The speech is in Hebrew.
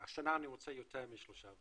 השנה אני רוצה יותר מ-3.5%,